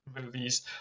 movies